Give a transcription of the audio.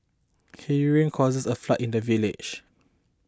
heavy rain caused a flood in the village